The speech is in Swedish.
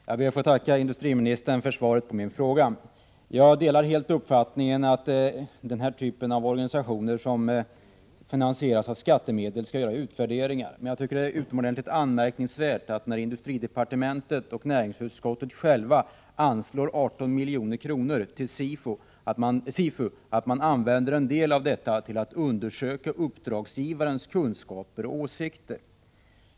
Herr talman! Jag ber att få tacka industriministern för svaret på min fråga. Jag delar helt uppfattningen att organisationer som finansieras med skattemedel skall göra utvärderingar av sin verksamhet. Men jag tycker det är utomordentligt anmärkningsvärt, mot bakgrund av att industridepartementet och näringsutskottet ställt sig bakom ett anslag till SIFU på 18 milj.kr., att SIFU använder en del av dessa medel till att undersöka uppdragsgivarens kunskaper och åsikter.